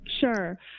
Sure